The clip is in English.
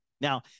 Now